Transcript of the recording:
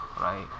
right